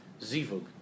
zivug